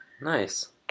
Nice